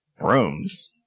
Brooms